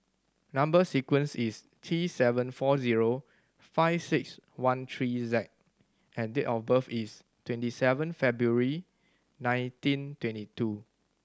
number sequence is T seven four zero five six one three Z and date of birth is twenty seven February nineteen twenty two